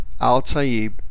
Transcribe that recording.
Al-Tayyib